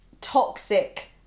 toxic